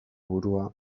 burua